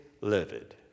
livid